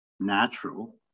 natural